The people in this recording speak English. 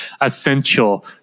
essential